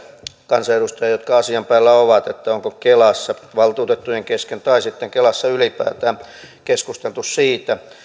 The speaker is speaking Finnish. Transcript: kansanedustajia jotka asian päällä ovat onko kelassa valtuutettujen kesken tai sitten kelassa ylipäätään keskusteltu siitä